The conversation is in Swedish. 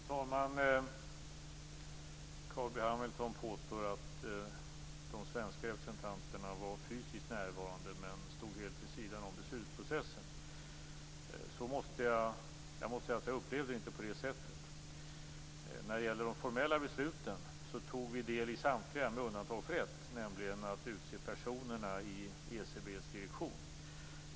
Fru talman! Carl B Hamilton påstår att de svenska representanterna var fysiskt närvarande men stod helt vid sidan om beslutsprocessen. Jag måste säga att jag inte upplevde det på det sättet. När det gäller de formella besluten tog vi del i samtliga, med undantag för ett, nämligen när det gällde att utse personerna i ECB:s direktion.